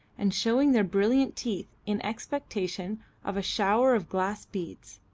and showing their brilliant teeth in expectation of a shower of glass beads.